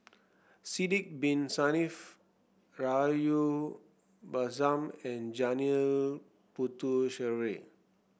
Sidek Bin Saniff Rahayu Mahzam and Janil Puthucheary